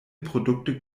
produkte